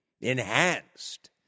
enhanced